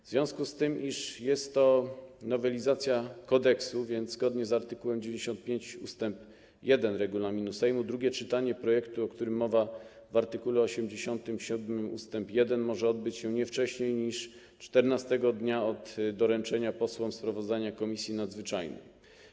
W związku z tym, iż jest to nowelizacja kodeksu, zgodnie z art. 95 ust. 1 regulaminu Sejmu drugie czytanie projektu, o którym mowa w art. 87 ust. 1, może odbyć się nie wcześniej niż czternastego dnia od dnia doręczenia posłom sprawozdania Komisji Nadzwyczajnych.